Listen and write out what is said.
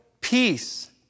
peace